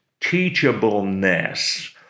teachableness